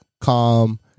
calm